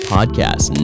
Podcast